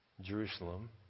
Jerusalem